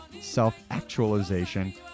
self-actualization